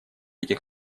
этих